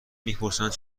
میپرسند